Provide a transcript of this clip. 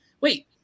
Wait